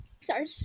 Sorry